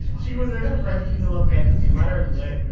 she was in her french vanilla fantasy, let her live!